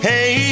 Hey